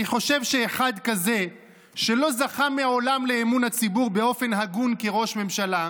אני חושב שאחד כזה שלא זכה מעולם לאמון הציבור באופן הגון כראש ממשלה,